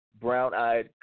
brown-eyed